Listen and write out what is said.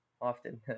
often